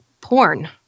porn